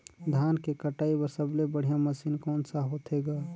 धान के कटाई बर सबले बढ़िया मशीन कोन सा होथे ग?